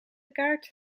kaart